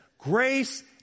Grace